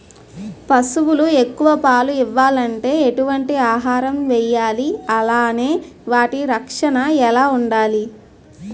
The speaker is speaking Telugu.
పశువులు ఎక్కువ పాలు ఇవ్వాలంటే ఎటు వంటి ఆహారం వేయాలి అలానే వాటి రక్షణ ఎలా వుండాలి?